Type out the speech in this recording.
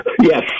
Yes